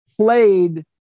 played